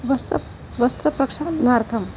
वस्त्रं वस्त्रप्रक्षालनार्थम्